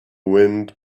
wind